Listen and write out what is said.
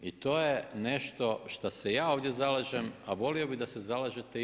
I to je nešto što se ja ovdje zalažem, a volio bi da se zalažete i vi.